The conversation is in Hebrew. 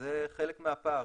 וזה חלק מהפער.